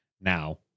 now